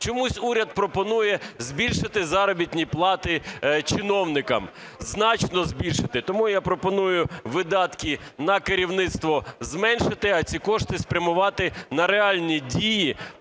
чомусь уряд пропонує збільшити заробітні плати чиновникам, значно збільшити. Тому я пропоную видатки на керівництво зменшити, а ці кошти спрямувати на реальні дії